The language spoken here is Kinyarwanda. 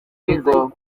bigo